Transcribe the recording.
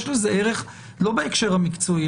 יש לזה ערך לא בהקשר המקצועי,